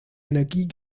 energie